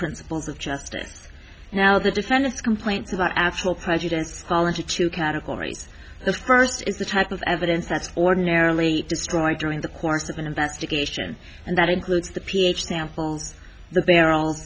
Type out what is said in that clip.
principles of justice now the defendant's complaints about actual prejudice fall into two categories the first is the type of evidence that's ordinarily destroyed during the course of an investigation and that includes the ph samples the barrel